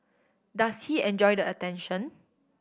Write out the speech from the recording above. does he enjoy the attention